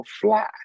Fly